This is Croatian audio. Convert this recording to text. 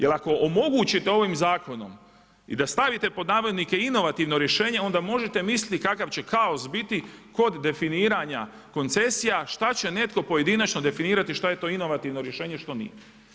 Jer ako omogućite ovim zakonom i da stavite pod navodnike inovativno rješenje onda možete misliti kakav će kaos biti kod definiranja koncesija, šta će netko pojedinačno definirati šta je to inovativno rješenje, što nije.